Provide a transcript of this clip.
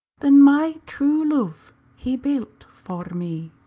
than my true love he built for me.